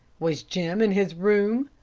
was jim in his room?